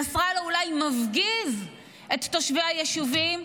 נסראללה אולי מפגיז את תושבי היישובים,